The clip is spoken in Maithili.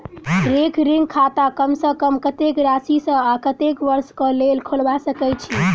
रैकरिंग खाता कम सँ कम कत्तेक राशि सऽ आ कत्तेक वर्ष कऽ लेल खोलबा सकय छी